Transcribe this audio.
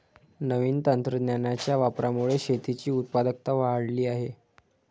नवीन तंत्रज्ञानाच्या वापरामुळे शेतीची उत्पादकता वाढली आहे